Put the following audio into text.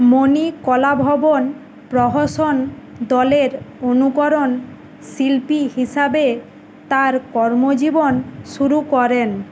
মনি কলাভবন প্রহসন দলের অনুকরণ শিল্পী হিসাবে তার কর্মজীবন শুরু করেন